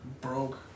broke